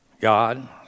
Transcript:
God